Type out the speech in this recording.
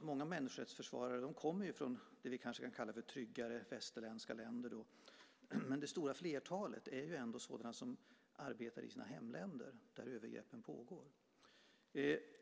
Många människorättsförsvarare kommer från det vi kan kalla tryggare västerländska länder, men det stora flertalet är sådana som arbetar i sina hemländer där övergreppen pågår.